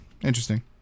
Interesting